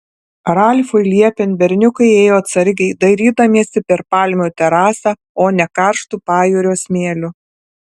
ralfui liepiant berniukai ėjo atsargiai dairydamiesi per palmių terasą o ne karštu pajūrio smėliu